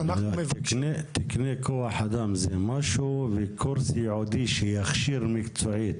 תקני כוח אדם זה משהו וקורס ייעודי שיכשיר מקצועית